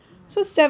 ya